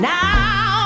now